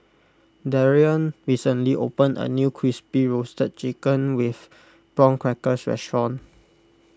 Darrion recently opened a new Crispy Roasted Chicken with Prawn Crackers restaurant